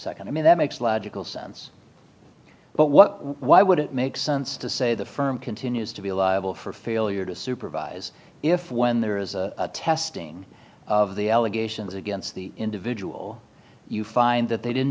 a nd i mean that makes logical sense but what why would it make sense to say the firm continues to be liable for failure to supervise if when there is a testing of the allegations against the individual you find that they didn't